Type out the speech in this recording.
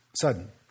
sudden